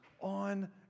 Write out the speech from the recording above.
on